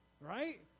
Right